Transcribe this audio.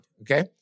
Okay